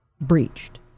Breached